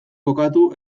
kokatu